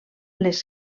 les